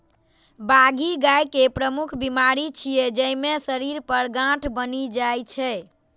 बाघी गाय के प्रमुख बीमारी छियै, जइमे शरीर पर गांठ बनि जाइ छै